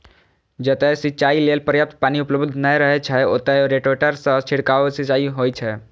जतय सिंचाइ लेल पर्याप्त पानि उपलब्ध नै रहै छै, ओतय रोटेटर सं छिड़काव सिंचाइ होइ छै